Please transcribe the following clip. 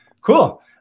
cool